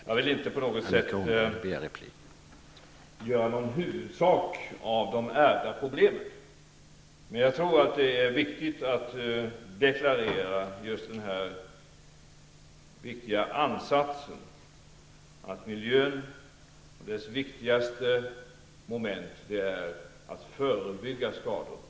Jag vill inte på något sätt göra någon huvudsak av de ärvda problemen. Men jag tycker att det är viktigt att deklarera just den viktiga ansatsen, att miljöpolitikens viktigaste moment är att förebygga skador.